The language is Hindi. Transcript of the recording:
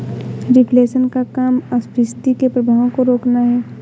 रिफ्लेशन का काम अपस्फीति के प्रभावों को रोकना है